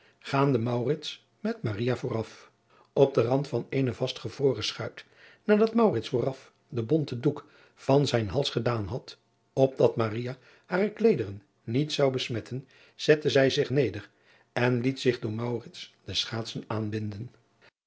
gaande met vooraf p den rand van eene vast gevroren schuit nadat vooraf den bonten doek van zijn hals gedaan had opdat hare kleederen niet zou besmetten zette zij zich neder en liet zich door de schaatsen aanbinden